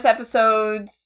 episodes